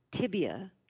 tibia